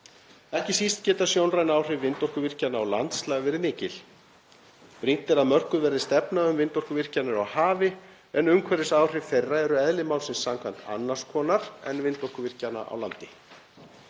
Ekki síst geta sjónræn áhrif vindorkuvirkjana á landslag verið mikil. Brýnt er að mörkuð verði stefna um vindorkuvirkjanir á hafi en umhverfisáhrif þeirra eru eðli málsins samkvæmt annars konar en vindorkuvirkjana á landi.